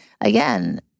again